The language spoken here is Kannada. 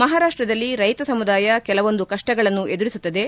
ಮಹಾರಾಷ್ಟದಲ್ಲಿ ರೈತ ಸಮುದಾಯ ಕೆಲವೊಂದು ಕಷ್ಟಗಳನ್ನು ಎದುರಿಸುತ್ತದೆ